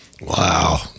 wow